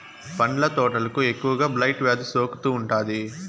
పండ్ల తోటలకు ఎక్కువగా బ్లైట్ వ్యాధి సోకుతూ ఉంటాది